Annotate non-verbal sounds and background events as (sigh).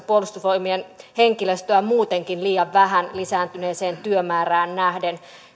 (unintelligible) puolustusvoimien henkilöstöä on muutenkin liian vähän lisääntyneeseen työmäärään nähden